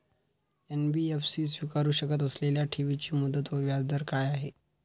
NBFC स्वीकारु शकत असलेल्या ठेवीची मुदत व व्याजदर काय आहे?